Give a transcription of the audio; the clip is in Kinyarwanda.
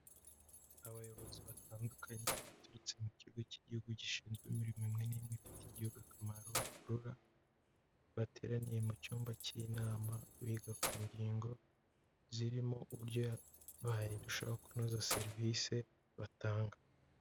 Abayobozi batandukanye baturutse mu kigo cy'igihugu gishinzwe imirimo imwe n'imwe ifitiye igihugu akamaro rura. Bateraniye mu cyumba cy'inama biga ku ngingo zirimo uburyo bayirushaho kunoza serivisi batanga.